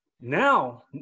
now